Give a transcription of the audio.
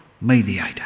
mediator